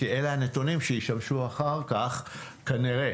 כי אלה הנתונים שישמשו אחר כך כנראה